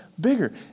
bigger